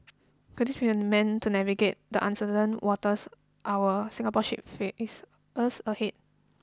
could this be the man to navigate the uncertain waters our Singapore ship faces ahead